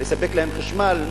לספק להם חשמל,